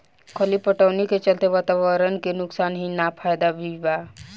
खली पटवनी के चलते वातावरण के नुकसान ही ना फायदा भी बा